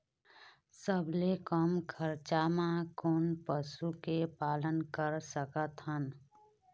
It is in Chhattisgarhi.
सबले कम खरचा मा कोन पशु के पालन कर सकथन?